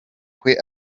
kwe